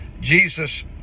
Jesus